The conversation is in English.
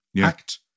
act